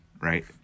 right